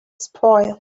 spoil